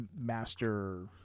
master